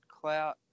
clout